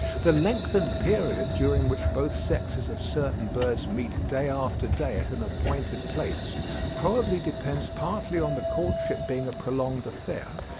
the lengthened period during which both sexes of certain birds meet day after day at an appointed place probably depends partly on the courtship being a prolonged affair,